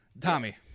Tommy